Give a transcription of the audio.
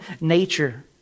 nature